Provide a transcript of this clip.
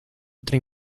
otra